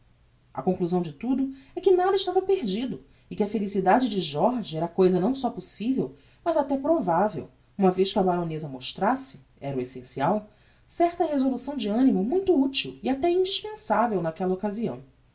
a conclusão de tudo é que nada estava perdido e que a felicidade de jorge era cousa não só possivel mas até provavel uma vez que a baroneza mostrasse era o essencial certa resolução de animo muito util e até indispensavel naquella occasião